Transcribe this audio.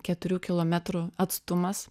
keturių kilometrų atstumas